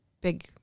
big